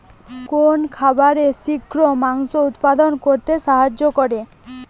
কোন খাবারে শিঘ্র মাংস উৎপন্ন করতে সাহায্য করে?